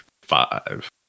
five